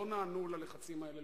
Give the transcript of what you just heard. לא נענו ללחצים האלה,